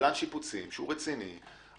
שקבלן שיפוצים שהוא רציני,